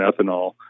ethanol